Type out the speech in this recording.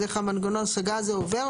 אז איך מנגנון ההשגה הזה עובד,